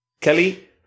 Kelly